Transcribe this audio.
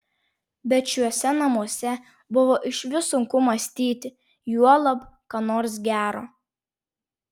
bet šiuose namuose buvo išvis sunku mąstyti juolab ką nors gero